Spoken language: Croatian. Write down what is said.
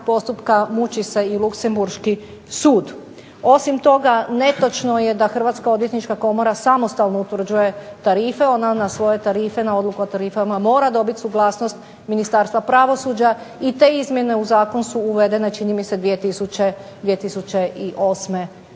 postupka muči se i luksemburški sud. Osim toga, netočno je da Hrvatska odvjetnička komora samostalno utvrđuje tarife. Ona na svoje tarife, na odluku o tarifa mora dobiti suglasnost Ministarstva pravosuđa i te izmjene u zakon su uvedene čini mi se 2008. godine,